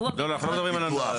אנחנו לא מדברים על הנוהל,